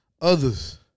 others